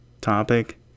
topic